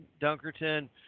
Dunkerton